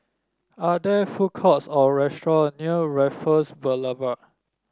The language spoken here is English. are there food courts or restaurant near Raffles Boulevard